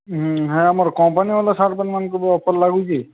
ହେ ଆମର୍ କମ୍ପାନୀବାଲା shirt pant ମାନଙ୍କୁ ଅଫର୍ ଲାଗୁଛେ